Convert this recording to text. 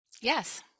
Yes